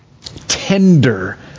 Tender